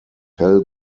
hell